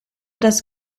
das